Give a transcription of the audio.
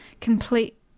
complete